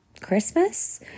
Christmas